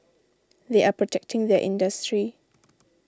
they are protecting their industry